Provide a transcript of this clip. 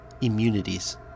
Immunities